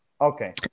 Okay